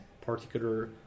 particular